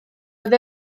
oedd